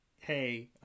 Hey